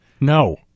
no